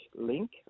link